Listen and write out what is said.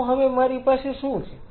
તો હવે મારી પાસે શું છે